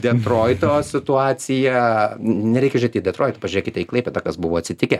detroito situacija nereikia žiūrėti į detroitą pažiūrėkite į klaipėdą kas buvo atsitikę